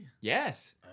Yes